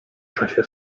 czasie